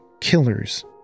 killers